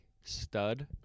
stud